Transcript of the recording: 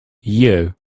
you